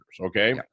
okay